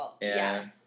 Yes